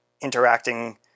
interacting